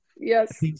Yes